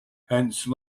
hence